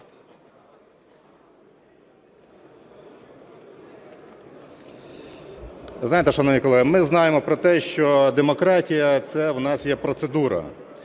Знаєте, шановні колеги, ми знаємо про те, що демократія – це у нас є процедура.